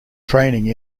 training